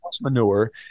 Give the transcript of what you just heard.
manure